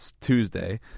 Tuesday